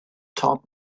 top